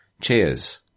Cheers